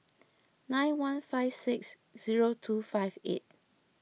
nine one five six zero two five eight